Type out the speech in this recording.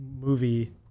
movie